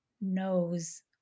knows